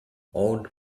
all